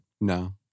No